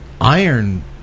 iron